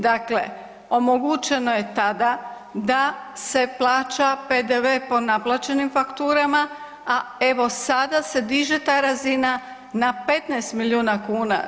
Dakle omogućeno je tada da se plaća PDV-e po naplaćenim fakturama, a evo sada se diže ta razina na 15 milijuna kuna.